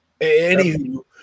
anywho